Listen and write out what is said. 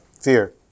Fear